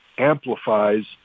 amplifies